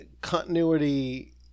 continuity